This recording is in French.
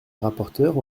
rapporteure